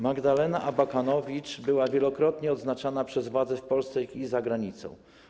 Magdalena Abakanowicz była wielokrotnie odznaczana przez władze w Polsce i za granicą.